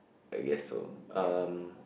I guess so um